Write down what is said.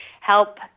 help